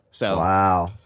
Wow